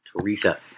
Teresa